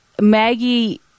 Maggie